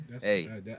hey